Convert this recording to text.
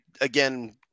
Again